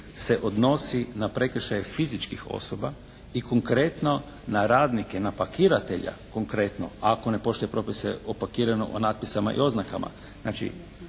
se odnosi na prekršaje fizičkih osoba i konkretno na radnike, na pakiratelja konkretno ako ne poštuje propise …/Govornik se ne razumije./… o natpisima i oznakama.